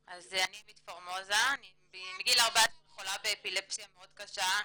אני מגיל 14 חולה באפילפסיה מאוד קשה.